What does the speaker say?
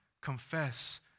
confess